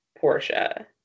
Portia